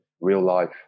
real-life